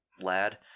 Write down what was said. lad